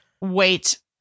wait